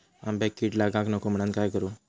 आंब्यक कीड लागाक नको म्हनान काय करू?